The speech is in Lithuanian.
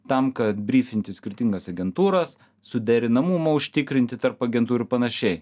tam kad bryfinti skirtingas agentūras suderinamumą užtikrinti tarp agentų ir panašiai